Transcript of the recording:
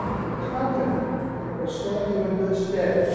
we're confident that it will stand you in good stead,